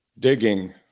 digging